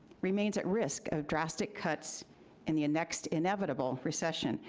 remains at risk of drastic cuts in the next inevitable recession.